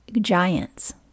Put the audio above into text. giants